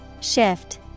Shift